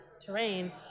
terrain